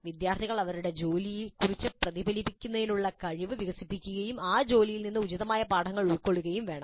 വിദ്യാർത്ഥികൾ അവരുടെ ജോലിയെക്കുറിച്ച് പ്രതിഫലിപ്പിക്കുന്നതിനുള്ള കഴിവ് വികസിപ്പിക്കുകയും ആ ജോലിയിൽ നിന്ന് ഉചിതമായ പാഠങ്ങൾ ഉൾക്കൊള്ളുകയും വേണം